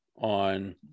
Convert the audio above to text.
on